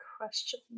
question